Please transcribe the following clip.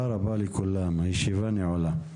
הישיבה נעולה.